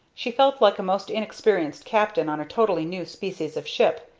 she felt like a most inexperienced captain on a totally new species of ship,